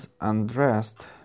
undressed